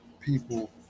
people